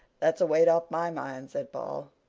that's a weight off my mind, said paul.